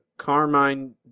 Carmine